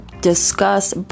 discuss